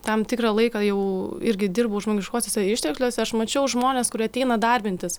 tam tikrą laiką jau irgi dirbau žmogiškuosiuose ištekliuose aš mačiau žmones kurie ateina darbintis